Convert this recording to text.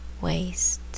waste